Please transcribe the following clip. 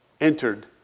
entered